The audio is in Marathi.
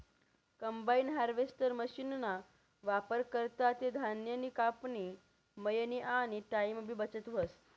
कंबाइन हार्वेस्टर मशीनना वापर करा ते धान्यनी कापनी, मयनी आनी टाईमनीबी बचत व्हस